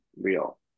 real